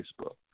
Facebook